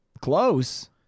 Close